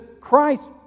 Christ